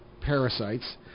parasites